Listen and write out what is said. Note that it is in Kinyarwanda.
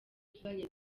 tuzajya